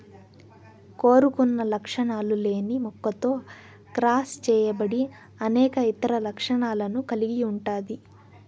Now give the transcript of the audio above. కోరుకున్న లక్షణాలు లేని మొక్కతో క్రాస్ చేయబడి అనేక ఇతర లక్షణాలను కలిగి ఉంటాది